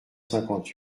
cinquante